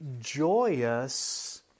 joyous